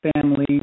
family